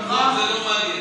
בועז, עזוב, זה לא מעניין.